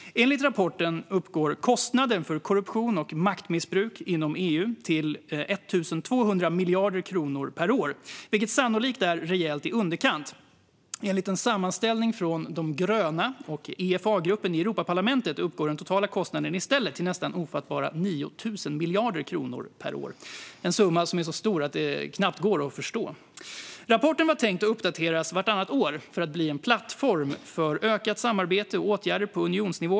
Enligt rapporten uppgår kostnaden för korruption och maktmissbruk inom EU till 1 200 miljarder kronor per år, vilket sannolikt är rejält i underkant. Enligt en sammanställning från De gröna och EFA-gruppen i Europaparlamentet uppgår den totala kostnaden i stället till nästan ofattbara 9 000 miljarder kronor per år - en summa som är så stor att den knappt går att förstå. Rapporten var tänkt att uppdateras vartannat år för att bli en plattform för ökat samarbete och åtgärder på unionsnivå.